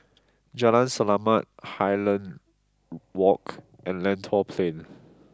Jalan Selamat Highland Walk and Lentor Plain